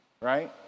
right